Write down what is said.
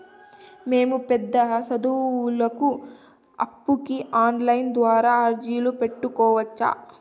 మేము పెద్ద సదువులకు అప్పుకి ఆన్లైన్ ద్వారా అర్జీ పెట్టుకోవచ్చా?